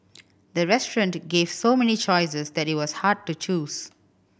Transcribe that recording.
the restaurant gave so many choices that it was hard to choose